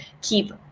keep